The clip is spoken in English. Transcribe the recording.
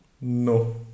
no